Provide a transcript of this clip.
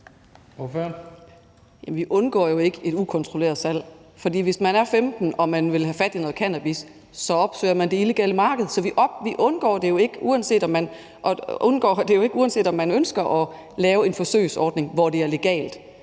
Vi undgår jo ikke et ukontrolleret salg, for hvis man er 15 år og man vil have fat i noget cannabis, opsøger man det illegale marked. Så vi undgår det jo ikke, uanset om man ønsker at lave en forsøgsordning, hvor det er legalt.